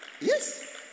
Yes